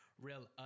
real